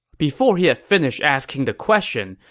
before he had finished asking the question,